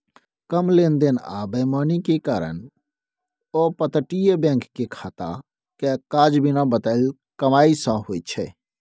कम लेन देन आ बेईमानी के कारण अपतटीय बैंक के खाता के काज बिना बताएल कमाई सँ होइ छै